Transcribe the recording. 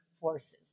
forces